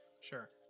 sure